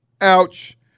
ouch